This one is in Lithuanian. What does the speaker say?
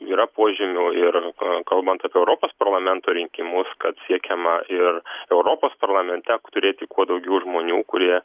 yra požymių ir kalbant apie europos parlamento rinkimus kad siekiama ir europos parlamente turėti kuo daugiau žmonių kurie